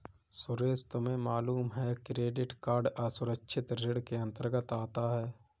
सुरेश तुम्हें मालूम है क्रेडिट कार्ड असुरक्षित ऋण के अंतर्गत आता है